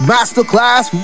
Masterclass